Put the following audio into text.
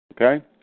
Okay